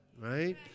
Right